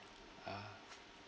ah